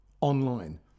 Online